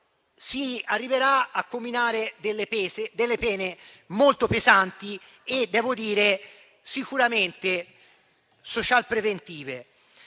si arriverà a comminare delle pene molto pesanti e sicuramente social-preventive.